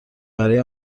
برای